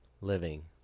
living